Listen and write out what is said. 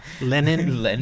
Lenin